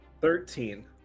Thirteen